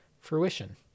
fruition